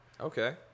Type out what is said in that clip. Okay